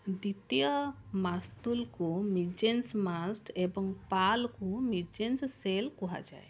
ଦ୍ୱିତୀୟ ମାସ୍ତୁଲ୍କୁ mizzen mast ଏବଂ ପାଲକୁ ମିଜ୍ଜେନ ସେଲ୍ କୁହାଯାଏ